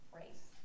race